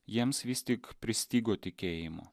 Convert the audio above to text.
jiems vis tik pristigo tikėjimo